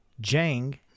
Jang